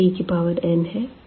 यहाँ t की power n है